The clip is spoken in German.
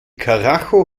karacho